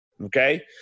okay